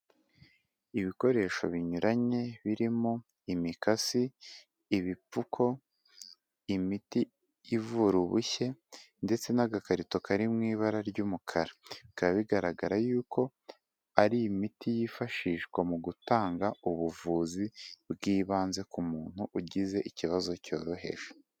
Ibikoresho binyuranye birimo imikasi, ibipfuko, imiti ivura ubushye ndetse n'agakarito kari mu ibara ry'umukara, bikaba bigaragara y'uko ari imiti yifashishwa mu gutanga ubuvuzi bw'ibanze ku muntu ugize ikibazo cyoroheje.